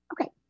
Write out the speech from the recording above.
Okay